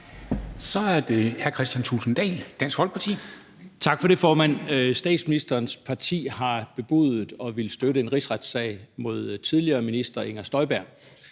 Kl. 13:06 Kristian Thulesen Dahl (DF): Tak for det, formand. Statsministerens parti har bebudet at ville støtte en rigsretssag mod den tidligere minister Inger Støjberg.